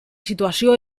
situació